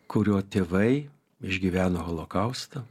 kurio tėvai išgyveno holokaustą